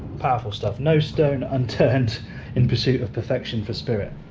powerful stuff, no stone unturned in pursuit of perfection for spirit.